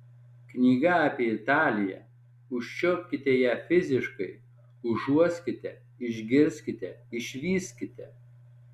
knyga apie italiją užčiuopkite ją fiziškai užuoskite išgirskite išvyskite